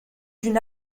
d’une